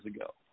ago